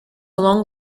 long